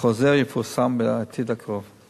והחוזר יפורסם בעתיד הקרוב.